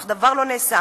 אך דבר לא נעשה.